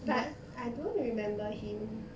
but I don't remember him